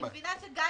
אני מבינה שגיא